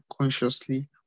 consciously